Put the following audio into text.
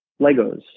Legos